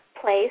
place